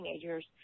teenagers